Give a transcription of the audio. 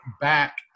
back